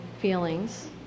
feelings